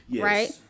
right